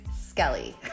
Skelly